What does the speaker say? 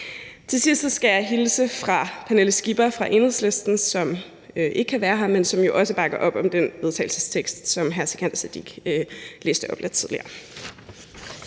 Til sidst skal jeg hilse fra Pernille Skipper fra Enhedslisten, som ikke kan være her, men som jo også bakker op om den vedtagelsestekst, som hr. Sikandar Siddique læste op lidt tidligere.